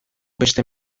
beste